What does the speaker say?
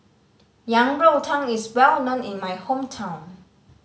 Yang Rou Tang is well known in my hometown